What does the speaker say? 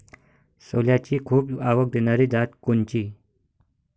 सोल्याची खूप आवक देनारी जात कोनची?